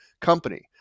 company